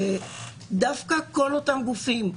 דווקא כל אותם גופים,